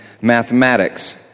mathematics